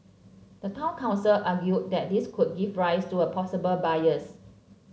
the town council argued that this could give rise to a possible bias